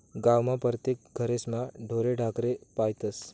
गावमा परतेक घरेस्मा ढोरे ढाकरे पायतस